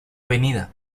avenida